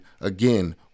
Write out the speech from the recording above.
again